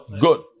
good